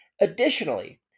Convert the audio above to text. Additionally